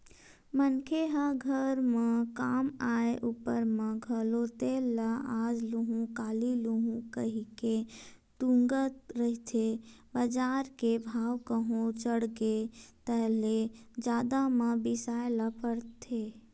मनखे ह घर म काम आय ऊपर म घलो तेल ल आज लुहूँ काली लुहूँ कहिके तुंगत रहिथे बजार के भाव कहूं चढ़गे ताहले जादा म बिसाय ल परथे